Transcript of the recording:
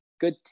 good